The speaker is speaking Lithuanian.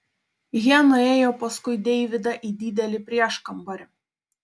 jie nuėjo paskui deividą į didelį prieškambarį